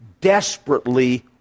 desperately